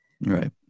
Right